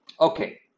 Okay